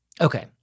Okay